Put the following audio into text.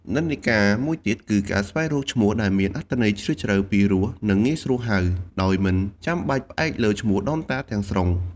និន្នាការមួយទៀតគឺការស្វែងរកឈ្មោះដែលមានអត្ថន័យជ្រាលជ្រៅ ពីរោះ និងងាយស្រួលហៅ ដោយមិនចាំបាច់ផ្អែកលើឈ្មោះដូនតាទាំងស្រុង។។